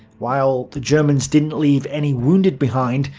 while the germans didn't leave any wounded behind,